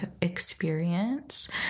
experience